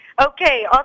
Okay